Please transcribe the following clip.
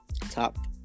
Top